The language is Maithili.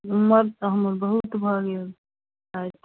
उमर तऽ हमर बहुत भऽ गेल साठि